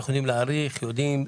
אנחנו יודעים להעריך אתכם,